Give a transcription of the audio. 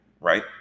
Right